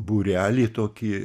būrelį tokį